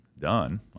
done